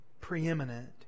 preeminent